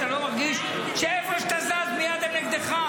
אתה לא מרגיש שאיפה שאתה זז מייד הם נגדך?